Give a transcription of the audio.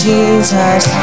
Jesus